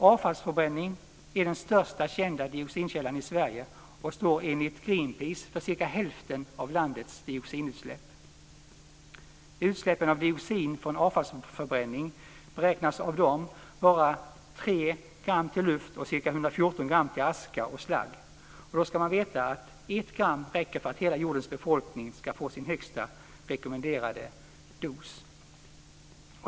Avfallsförbränning är den största kända dioxinkällan i Sverige och står enligt Greenpeace för cirka hälften av landets dioxinutsläpp. Utsläppen av dioxin från avfallsförbränning beräknas av Greenpeace vara Då ska man veta att ett gram räcker för att hela jordens befolkning ska få sin högsta rekommenderade dos.